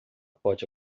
pode